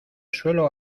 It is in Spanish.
suelo